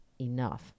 enough